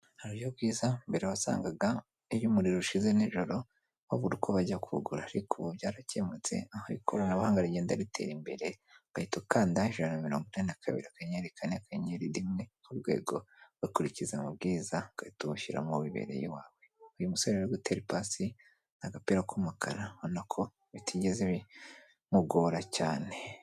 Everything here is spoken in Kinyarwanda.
Aho inkweto ziterekwa harimo inkweto nyinshi zitandukanye zisa amabara menshi atandukanye harimo izisa n'umuhondo umukara, umutuku, icyatsi, ubururu ndetse n'andi mabara menshi atandukanye.